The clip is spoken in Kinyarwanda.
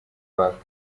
back